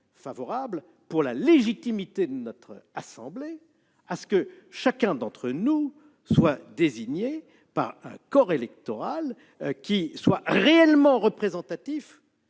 favorables, au nom de la légitimité de notre assemblée, à ce que chacun d'entre nous soit élu par un corps électoral réellement représentatif